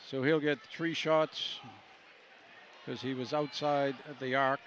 so he'll get three shots because he was outside they are